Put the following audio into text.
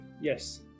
Yes